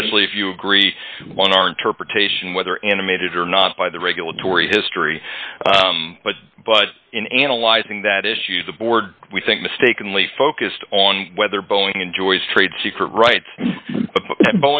especially if you agree one our interpretation whether animated or not by the regulatory history but in analyzing that issue the board we think mistakenly focused on whether boeing enjoys trade secret rights and